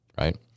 right